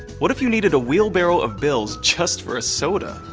what if you needed a wheelbarrow of bills, just for a soda?